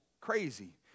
crazy